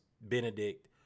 Benedict